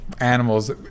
animal's